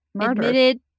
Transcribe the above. admitted